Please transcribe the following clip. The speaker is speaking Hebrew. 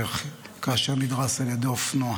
כאשר נדרס על ידי אופנוע.